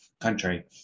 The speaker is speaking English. country